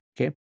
okay